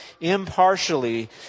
impartially